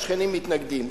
השכנים מתנגדים,